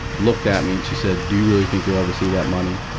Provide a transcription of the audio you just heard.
looked at me and she said, do you really think you'll ever see that money?